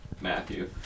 Matthew